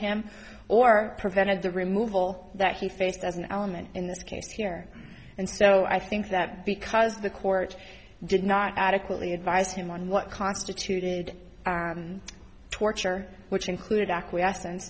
him or prevented the removal that he faced as an element in this case here and so i think that because the court did not adequately advise him on what constituted torture which included acquies